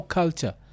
culture